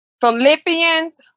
Philippians